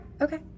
okay